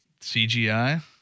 CGI